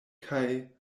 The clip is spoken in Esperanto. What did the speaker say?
kaj